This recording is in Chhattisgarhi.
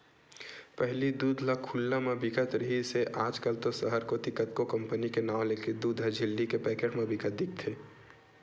पहिली दूद ह खुल्ला म बिकत रिहिस हे आज कल तो सहर कोती कतको कंपनी के नांव लेके दूद ह झिल्ली के पैकेट म बिकत दिखथे